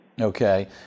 okay